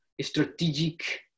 strategic